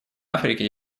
африки